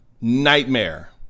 nightmare